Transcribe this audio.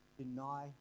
deny